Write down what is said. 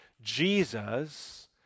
Jesus